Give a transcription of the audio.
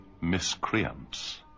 miscreants